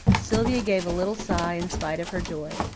sylvia gave a little sigh in spite of her joy.